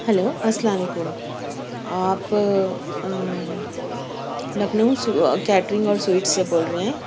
hello السلا لیکم آپ لکھنؤ کیٹرنگ اور سویٹس سے بول رہے ہیں